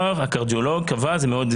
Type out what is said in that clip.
הקרדיולוג קבע לו תור,